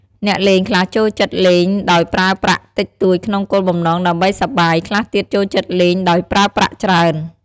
អ្នកលេងខ្លះចូលចិត្តលេងដោយប្រើប្រាក់តិចតួចក្នុងគោលបំណងដើម្បីសប្បាយ ខ្លះទៀតចូលចិត្តលេងដោយប្រើប្រាក់ច្រើន។